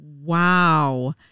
Wow